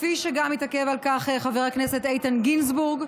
כפי שהתעכב על זה חבר הכנסת איתן גינזבורג.